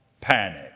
panic